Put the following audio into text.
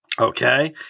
Okay